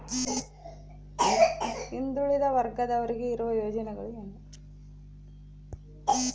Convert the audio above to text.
ಹಿಂದುಳಿದ ವರ್ಗದವರಿಗೆ ಇರುವ ಯೋಜನೆಗಳು ಏನು?